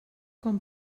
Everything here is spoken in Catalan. com